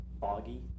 foggy